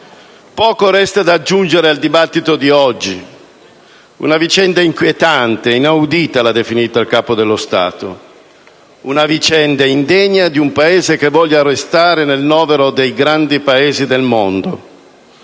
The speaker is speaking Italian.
poco resta da aggiungere al dibattito di oggi. Una vicenda inquietante (inaudita, l'ha definita il Capo dello Stato), una vicenda indegna di un Paese che voglia restare nel novero dei grandi Paesi del mondo.